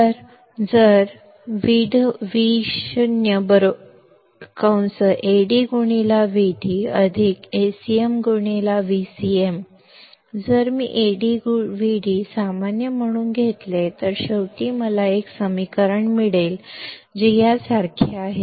तर आता जर Vo AdVdAcmVcm जर मी AdVd सामान्य म्हणून घेतले तर शेवटी मला एक समीकरण मिळेल जे यासारखे आहे